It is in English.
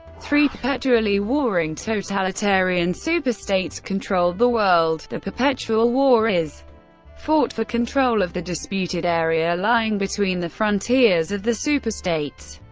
three perpetually warring totalitarian super-states control the world the perpetual war is fought for control of the disputed area lying between the frontiers of the super-states,